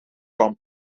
come